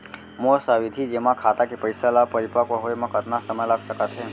मोर सावधि जेमा खाता के पइसा ल परिपक्व होये म कतना समय लग सकत हे?